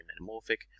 metamorphic